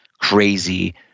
crazy